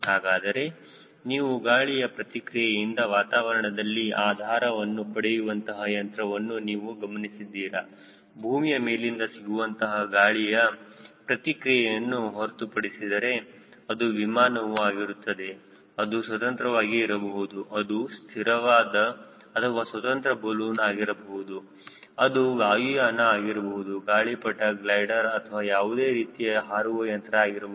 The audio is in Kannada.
ಹಾಗಾದರೆ ನೀವು ಗಾಳಿಯ ಪ್ರತಿಕ್ರಿಯೆಯಿಂದ ವಾತಾವರಣದಲ್ಲಿ ಆಧಾರವನ್ನು ಪಡೆಯುವಂತಹ ಯಂತ್ರವನ್ನು ನೀವು ಗಮನಿಸಿದ್ದೀರಾ ಭೂಮಿಯ ಮೇಲಿಂದ ಸಿಗುವಂತಹ ಗಾಳಿಯ ಪ್ರತಿಕ್ರಿಯೆಯನ್ನು ಹೊರತುಪಡಿಸಿದರೆ ಅದು ವಿಮಾನವು ಆಗಿರುತ್ತದೆ ಅದು ಸ್ವತಂತ್ರವಾಗಿ ಇರಬಹುದು ಅದು ಸ್ಥಿರವಾದ ಅಥವಾ ಸ್ವತಂತ್ರ ಬಲೂನ್ ಆಗಿರಬಹುದು ಅದು ವಾಯುಯಾನ ಆಗಿರಬಹುದು ಗಾಳಿಪಟ ಗ್ಲೈಡರ್ಅಥವಾ ಯಾವುದೇ ರೀತಿಯ ಹಾರುವ ಯಂತ್ರ ಆಗಿರಬಹುದು